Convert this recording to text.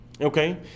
Okay